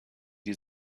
die